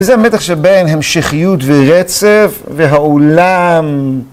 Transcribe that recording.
וזה המתח שבין המשכיות ורצף, והעולם.